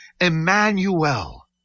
Emmanuel